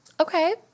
Okay